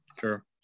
sure